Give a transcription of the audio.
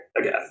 again